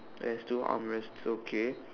there's two arm rest okay